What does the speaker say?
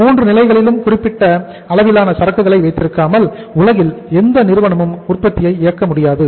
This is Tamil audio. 3 நிலைகளிலும் குறிப்பிட்ட அளவிலான சரக்குகளை வைத்திருக்காமல் உலகில் எந்த நிறுவனமும் உற்பத்தியை இயக்க முடியாது